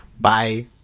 Bye